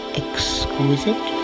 exquisite